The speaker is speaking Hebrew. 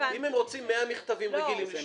אם הם רוצים לשלוח 100 מכתבים רגילים,